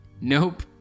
Nope